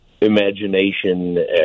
imagination